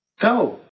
Go